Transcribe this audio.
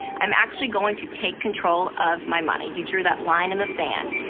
i'm actually going to take control of my money. you drew that line in the sand.